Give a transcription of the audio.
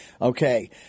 Okay